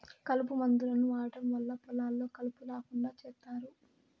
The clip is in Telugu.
కలుపు మందులను వాడటం వల్ల పొలాల్లో కలుపు రాకుండా చేత్తారు